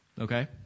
Okay